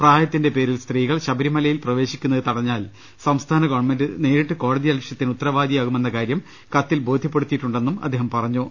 പ്രായ ത്തിന്റെ പേരിൽ സ്ത്രീകൾ ശബരമലയിൽ പ്രവേശിക്കുന്നത് തടഞ്ഞാൽ സംസ്ഥാന ഗവൺമെന്റ് നേരിട്ട് കോടതിയലക്ഷ്യത്തിന് ഉത്തരവാദിയാ കുമെന്ന കാര്യം കത്തിൽ ബോധ്യപ്പെടുത്തിയിട്ടുണ്ടെന്നും അദ്ദേഹം പറഞ്ഞു